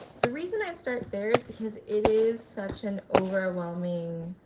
the reason i start there is because it is such an overwhelming